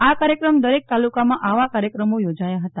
આ કાર્યક્રમ દરેક તાલુકામાં આવા કાર્યક્રમો યોજાયા હતા